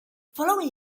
following